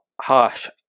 harsh